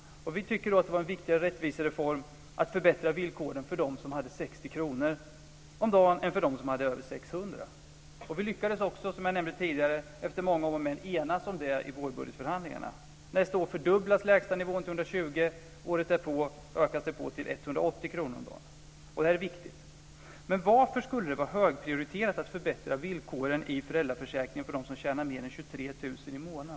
Vi tyckte att det var en viktigare rättvisereform att förbättra villkoren för dem som hade 60 kr än för dem som hade över 600 kr. Vi lyckades också, som jag nämnde tidigare, efter många om och men enas om det i vårbudgetförhandlingarna. Nästa år fördubblas lägstanivån till 120 kr, och året därpå ökas den på till 180 kr om dagen. Det är viktigt. Varför skulle det vara högprioriterat att förbättra villkoren i föräldraförsäkringen för dem som tjänar mer än 23 000 kr i månaden?